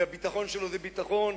והביטחון שלו זה ביטחון,